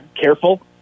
careful